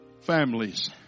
families